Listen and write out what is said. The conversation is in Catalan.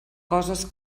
coses